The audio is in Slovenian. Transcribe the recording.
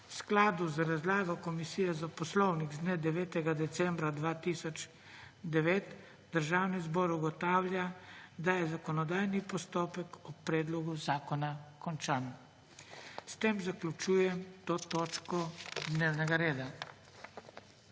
skladu z razlago Komisije za poslovnik z dne 9. decembra 2009 Državni zbor ugotavlja, da je zakonodajni postopek o predlogu zakona končan. S tem zaključujem to točko dnevnega reda.